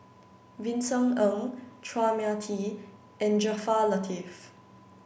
Vincent Ng Chua Mia Tee and Jaafar Latiff